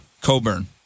Coburn